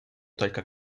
только